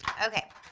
okay,